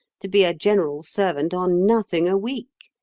to be a general servant on nothing a week.